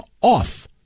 off